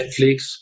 Netflix